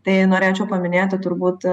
tai norėčiau paminėti turbūt